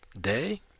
day